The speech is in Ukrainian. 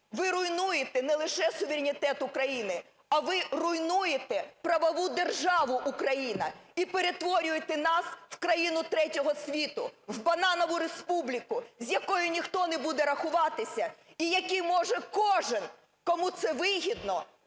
ви руйнуєте не лише суверенітет України, а ви руйнуєте правову державу Україна і перетворюєте нас в країну третього світу, в бананову республіку, з якою ніхто не буде рахуватися і якій може кожен, кому це вигідно,